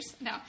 No